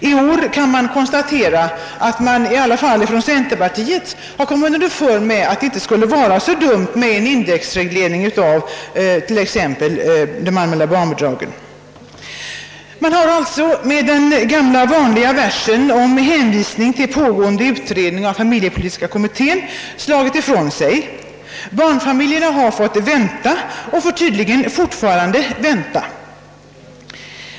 I år kan vi konstatera att i varje fall centerpartiet har kommit underfund med att det inte skulle vara så dumt med en indexreglering av de allmänna barnbidragen. Man har alltså med den gamla vanliga versen om hänvisning till pågående utredning i familjepolitiska kommittén slagit ifrån sig. Barnfamiljerna har fått vänta och får tydligen fortfarande vänta.